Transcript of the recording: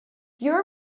your